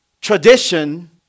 tradition